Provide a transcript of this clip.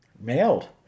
mailed